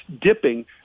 dipping